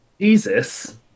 Jesus